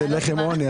זה לחם עוני.